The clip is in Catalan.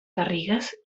garrigues